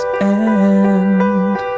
end